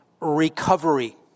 recovery